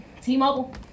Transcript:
T-Mobile